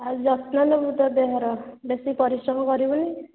ଆଉ ଯତ୍ନ ନେବୁ ତୋ ଦେହର ବେଶୀ ପରିଶ୍ରମ କରିବୁନି